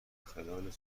خلال